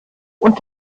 und